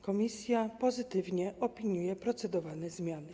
Komisja pozytywnie opiniuje procedowane zmiany.